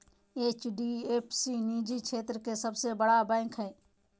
HDF सी निजी क्षेत्र के सबसे बड़ा बैंक हय